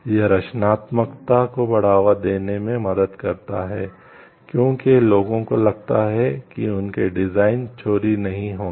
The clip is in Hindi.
यह रचनात्मकता को बढ़ावा देने में मदद करता है क्योंकि लोगों को लगता है कि उनके डिजाइन चोरी नहीं होंगे